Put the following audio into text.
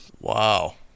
Wow